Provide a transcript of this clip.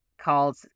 called